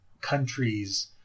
countries